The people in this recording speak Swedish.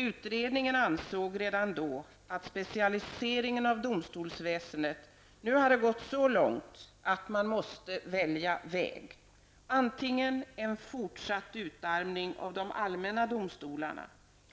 Utredningen ansåg redan då att specialiseringen av domstolsväsendet hade gått så långt att man måste välja väg -- antingen en fortsatt utarmning av de allmänna domstolarna